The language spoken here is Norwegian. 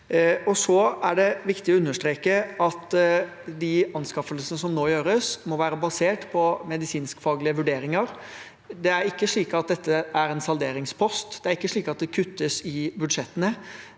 Det er viktig å understreke at de anskaffelsene som nå gjøres, må være basert på medisinskfaglige vurderinger. Det er ikke slik at dette er en salderingspost. Det er ikke slik at det kuttes i budsjettene.